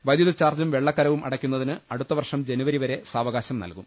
വൈദ്യുതിചാർജും വെള്ളക്കരവും അടക്കുന്നതിന് അടുത്ത വർഷം ജനുവരി വരെ സാവകാശം നല്കും